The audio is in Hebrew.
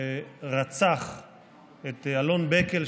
ורצח את אלון בקל,